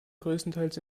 größtenteils